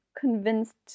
convinced